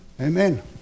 Amen